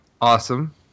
awesome